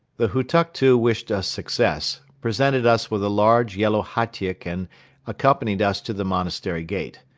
the hutuktu wished us success, presented us with a large yellow hatyk and accompanied us to the monastery gate.